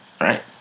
right